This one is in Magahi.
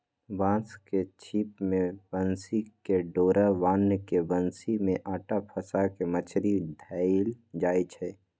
बांस के छिप में बन्सी कें डोरा बान्ह् के बन्सि में अटा फसा के मछरि धएले जाइ छै